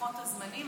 מלוחות הזמנים?